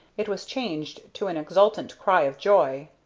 it was changed to an exultant cry of joy.